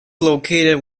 located